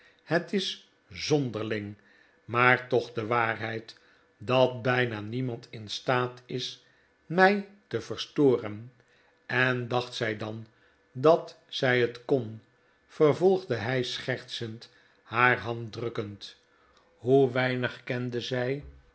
het is zonderling maar toch de waarheid dat bijna niemand in staat is mij te verstoren en dacht zij dan dat zij het kon vervolgde hij schertsend haar hand drukkend hoe weinig kende zij